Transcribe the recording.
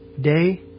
Day